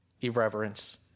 irreverence